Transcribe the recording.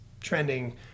trending